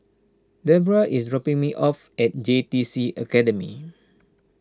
Deborah is dropping me off at J T C Academy